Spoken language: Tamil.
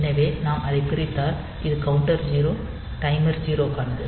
எனவே நாம் அதைப் பிரித்தால் இது கவுண்டர் 0 டைமர் 0 க்கானது